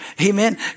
Amen